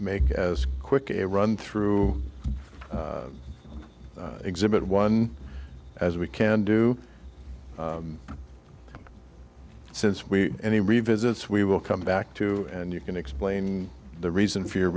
make as quick and run through exhibit one as we can do since we any revisits we will come back to and you can explain the reason for your